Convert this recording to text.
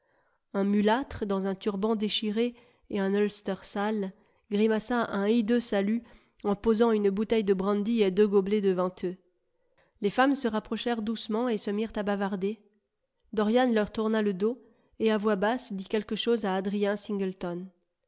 un mulâtre dans un turban déchiré et un ulster sale grimaça un hideux salut en posant une bouteille de brandy et deux gobelets devant eux les femmes se rapprochèrent doucement et se mirent à bavarder dorian leur tourna le dos et à voix basse dit quelque chose à adrien singleton